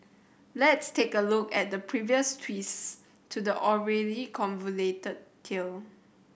let's take a look at the previous twists to the already convoluted tale